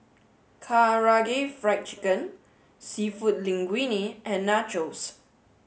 Karaage fried chicken seafood Linguine and Nachos